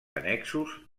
annexos